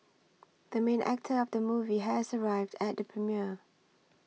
the main actor of the movie has arrived at the premiere